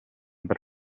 per